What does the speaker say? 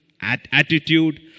attitude